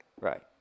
right